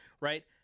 Right